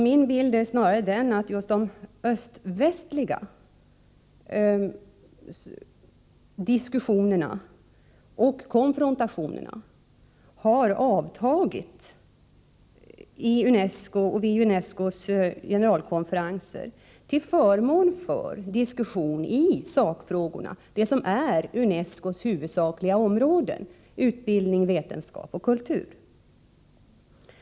Min bild är snarare den att just de öst-västliga diskussionerna och konfrontationerna har avtagit i UNESCO och vid UNESCO:s generalkonferenser, till förmån för diskussion i sakfrågorna, det som är UNESCO:s huvudsakliga områden: utbildning, vetenskap och kultur.